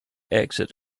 exit